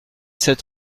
sept